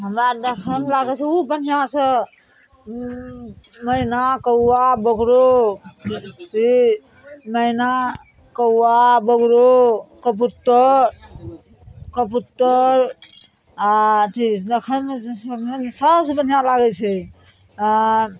हमरा देखयमे लागय छै उ बढ़िआँसँ मैना कौआ बोगरो ई मैना कौआ बोगरो कबूत्तर कबूत्तर आओर अथी देखयमे सबसँ बन्हियाँ लागय छै आओर